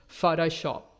Photoshop